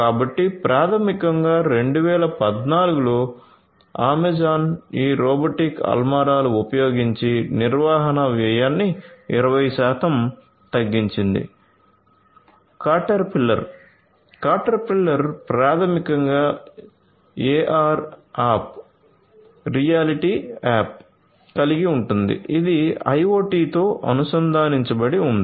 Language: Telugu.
కాబట్టి ప్రాథమికంగా 2014 లో అమెజాన్ ఈ రోబోటిక్ అల్మారాలు ఉపయోగించి నిర్వహణ వ్యయాన్ని 20 శాతం తగ్గించింది